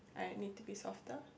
I need to be softer